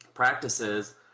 practices